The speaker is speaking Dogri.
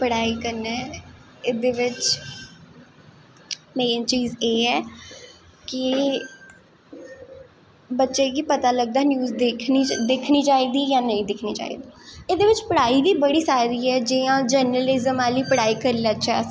पढ़ाई कन्नै एह्दे बिच्च मेन चीज़ एह् ऐ कि बच्चे गी पता लगदा कि न्यूज़ दिक्खनी चाही दा जां नेंई दिक्खनी चाही दी एह्दे बिच्च पढ़ाई बड़ी सारी ऐ जियां जर्नलिजम आह्ली पढ़ाई करी लैच्चै अस